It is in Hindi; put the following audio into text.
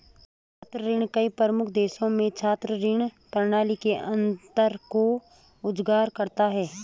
छात्र ऋण कई प्रमुख देशों में छात्र ऋण प्रणाली के अंतर को उजागर करता है